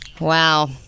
wow